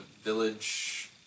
Village